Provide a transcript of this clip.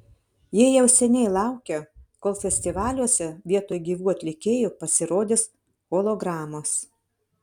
jie jau seniai laukia kol festivaliuose vietoj gyvų atlikėjų pasirodys hologramos